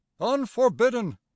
unforbidden